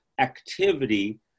activity